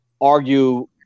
argue